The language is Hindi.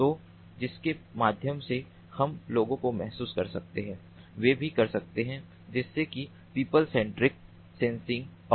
तो जिसके माध्यम से हम लोगों को महसूस कर सकते हैं वे भी कर सकते हैं जिससे कि पीपल सेंट्रिक सेंसिंग होता है